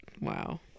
wow